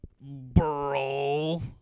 bro